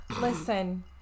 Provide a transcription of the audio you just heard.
Listen